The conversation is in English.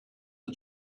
the